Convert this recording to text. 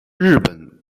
日本